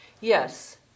Yes